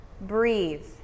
breathe